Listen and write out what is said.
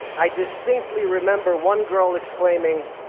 i distinctly remember one girl exclaiming,